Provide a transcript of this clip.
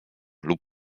lub